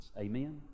Amen